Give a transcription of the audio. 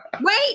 wait